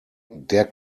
der